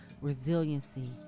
resiliency